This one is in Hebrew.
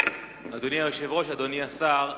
אדוני היושב-ראש, אדוני השר,